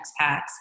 expats